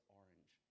orange